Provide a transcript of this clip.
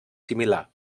similar